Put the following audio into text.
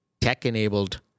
tech-enabled